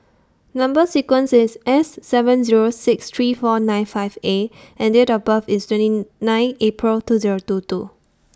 Number sequence IS S seven Zero six three four nine five A and Date of birth IS twenty nine April two Zero two two